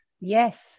Yes